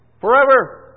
Forever